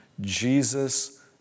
Jesus